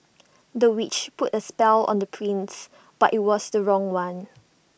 the witch put A spell on the prince but IT was the wrong one